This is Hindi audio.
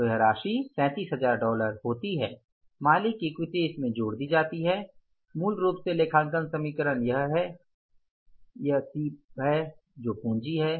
तो यह राशि 37000 डॉलर होती है मालिक की इक्विटी इसमें जोड़ दी जाति है मूल रूप से लेखांकन समीकरण है यह ए है यह सी है पूंजी सी है